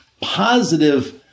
positive